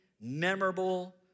memorable